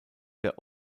der